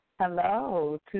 Hello